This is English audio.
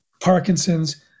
Parkinson's